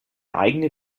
eigene